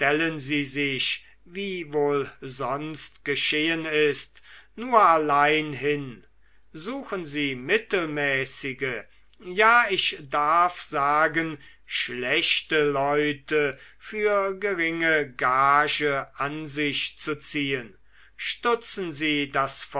sie sich wie wohl sonst geschehen ist nur allein hin suchen sie mittelmäßige ja ich darf sagen schlechte leute für geringe gage an sich zu ziehen stutzen sie das